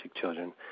children